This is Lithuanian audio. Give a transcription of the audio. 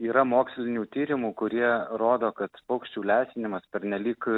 yra mokslinių tyrimų kurie rodo kad paukščių lesinimas pernelyg